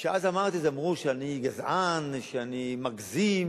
כשאז אמרתי את זה, אמרו שאני גזען, שאני מגזים,